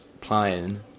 playing